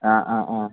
ആ ആ ആ